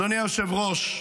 אדוני היושב-ראש,